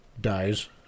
dies